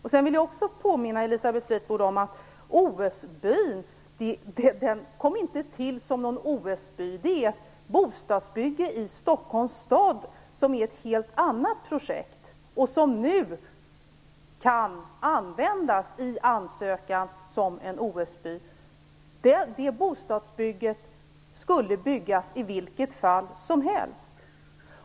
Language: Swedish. Jag vill också påminna Elisabeth Fleetwood om att OS-byn inte kom till som någon OS-by. Det är ett bostadsbygge i Stockholms stad, ett helt annat projekt, som i ansökan kan användas som en OS-by. Det bostadsbygget skulle byggas i vilket fall som helst.